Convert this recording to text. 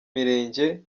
mirenge